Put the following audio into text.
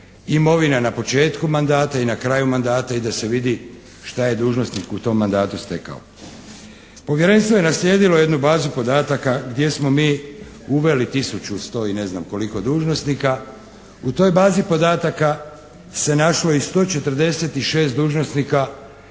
imovina na početku mandata i na kraju mandata i da se vidi što je dužnosnik u tom mandatu stekao. Povjerenstvo je naslijedilo jednu bazu podataka gdje smo mi uveli tisuću sto i ne znam koliko dužnosnika, u toj bazi podataka se našlo i 146 dužnosnika